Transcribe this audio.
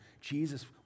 Jesus